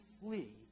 flee